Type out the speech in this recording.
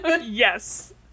Yes